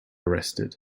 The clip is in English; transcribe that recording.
arrested